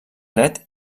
dret